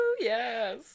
yes